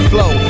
Flow